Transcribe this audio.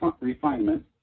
refinement